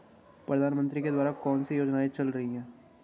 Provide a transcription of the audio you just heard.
प्रधानमंत्री के द्वारा कौनसी योजनाएँ चल रही हैं?